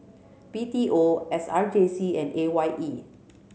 B T O S R J C and A Y E